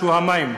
שהוא המים.